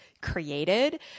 created